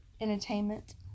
Entertainment